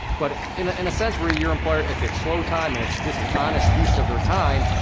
but in a and sense where your employer, if it's slow time, and it's just an honest use of their time,